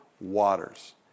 waters